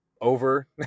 over